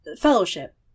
Fellowship